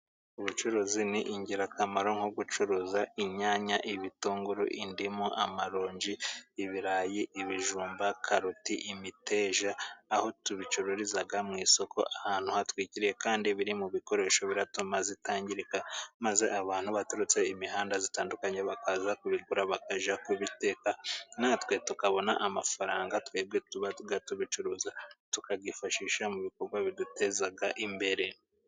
Ubucuruzi ni ingirakamaro nko gucuruza inyanya, ibitunguru, indimu, amaronji, ibirayi, ibijumba, karoti, imiteja, aho tubicururiza mu isoko ahantu hatwikiriye, kandi biri mu bikoresho biratuma zitangirika, maze abantu baturutse imihanda itandukanye bakaza kubikora bakajya kubiteka, natwe tukabona amafaranga twebwe tuba tubicuruza, tukayifashisha mu bikorwa biduteza imbere.